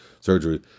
surgery